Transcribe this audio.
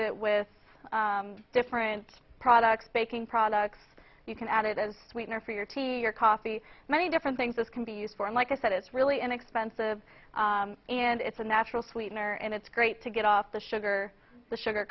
it with different products baking products you can add it as a sweetener for your tea or coffee many different things this can be used for and like i said it's really inexpensive and it's a natural sweetener and it's great to get off the sugar the sugar